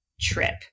trip